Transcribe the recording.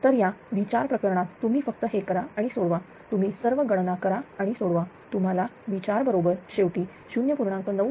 तर या V4 प्रकरणात तुम्ही फक्त हे करा आणि सोडवा तुम्ही सर्व गणना करा आणि सोडवा तुम्हाला V4 बरोबर शेवटी 0